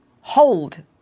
hold